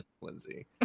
Lindsay